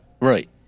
Right